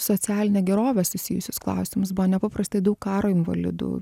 socialine gerove susijusius klausimus buvo nepaprastai daug karo invalidų